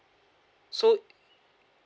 so